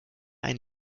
ein